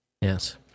Yes